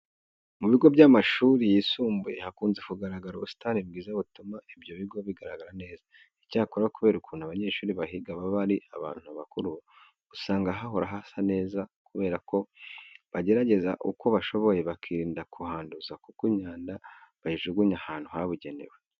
Mu bigo by'amashuri yisumbuye hakunze kugaragara ubusitani bwiza butuma ibyo bigo bigaragara neza. Icyakora kubera ukuntu abanyeshuri bahiga baba ari abantu bakuru, usanga hahora hasa neza kubera ko bagerageza uko bashoboye bakirinda kuhanduza kuko imyanda bayijugunya ahantu habugenewe.